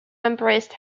embraced